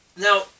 Now